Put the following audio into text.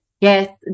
Yes